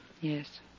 Yes